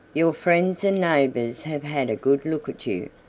your friends and neighbors have had a good look at you,